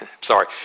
sorry